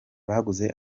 baguze